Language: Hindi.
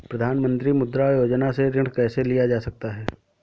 प्रधानमंत्री मुद्रा योजना से ऋण कैसे लिया जा सकता है?